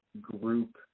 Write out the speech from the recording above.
group